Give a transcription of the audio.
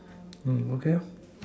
mm okay lor